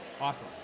awesome